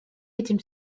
этим